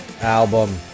album